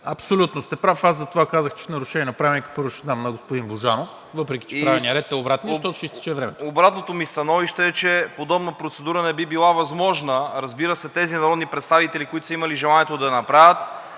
Абсолютно сте прав. Аз затова казах, че в нарушение на Правилника първо ще дам на господин Божанов, въпреки че правният ред е обратният, защото ще изтече времето. ПЕТЪР ПЕТРОВ: Обратното ми становище е, че подобна процедура не би била възможна. Разбира се, тези народни представители, които са имали желанието да я направят,